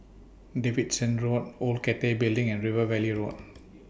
Davidson Road Old Cathay Building and River Valley Road